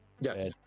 Yes